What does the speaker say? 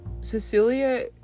Cecilia